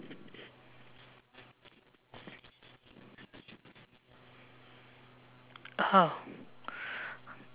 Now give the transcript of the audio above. (uh huh)